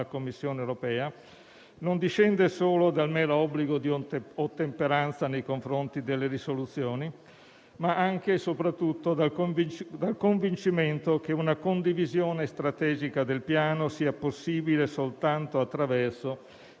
Commissione europea non discende solo da mero obbligo di ottemperanza nei confronti delle risoluzioni, ma anche e soprattutto dal convincimento che una condivisione strategica del Piano sia possibile soltanto attraverso